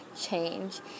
change